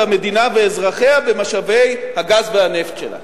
המדינה ואזרחיה במשאבי הגז והנפט שלה.